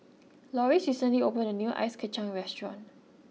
Loris recently opened a new Ice Kacang restaurant